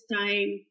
time